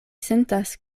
sentas